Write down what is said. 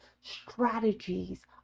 strategies